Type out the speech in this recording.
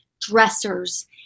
dressers